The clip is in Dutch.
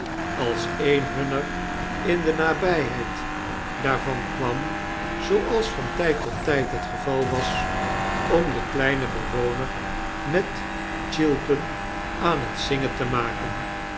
als een hunner in de nabjjheid daarvan kwam zooals van tijd tot tijd het geval was om den kleinen bewoner met tjilpen aan het zingen te maken